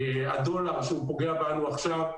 הדולר שפוגע בנו עכשיו,